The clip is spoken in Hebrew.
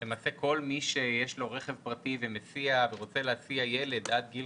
למעשה כל מי שיש לו רכב פרטי ורוצה להסיע ילד עד גיל